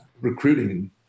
recruiting